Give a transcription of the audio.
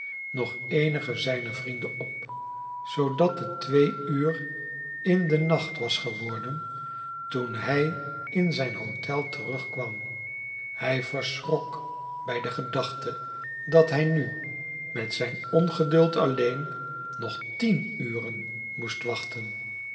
nog eenigen zijner vrienden op zoodat het twee uur in don nacht was geworden toen hij in zijn hotel terugkwam hij verschrok bij de gedachte dat hij nu met zijn ongeduld alleen nog tien uren moest wachten